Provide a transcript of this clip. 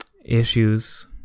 issues